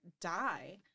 die